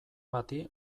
bati